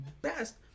best